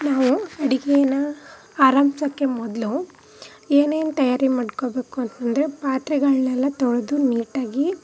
ನಾವು ಅಡುಗೇನಾ ಆರಂಭಿಸೋಕೆ ಮೊದಲು ಏನೇನು ತಯಾರಿ ಮಾಡ್ಕೊಳ್ಬೇಕು ಅಂತ ಅಂದ್ರೆ ಪಾತ್ರೆಗಳನ್ನೆಲ್ಲ ತೊಳೆದು ನೀಟಾಗಿ